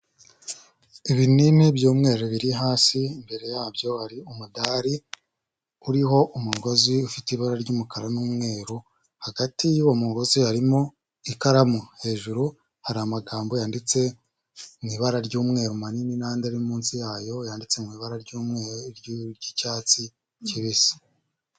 Ibinini by'umweru biri hasi imbere yabyo hari umudari uriho umugozi ufite ibara ry'umukara, n'umweru hagati y'uwo mugozi harimo ikaramu hejuru hari amagambo yanditse mu ibara ry'umweru manini n'andi ari munsi yayo yanditse mu ibara ry'umweru, ry'icyatsi kibisi.